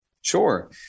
Sure